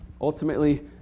ultimately